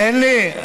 תן לי.